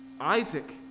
Isaac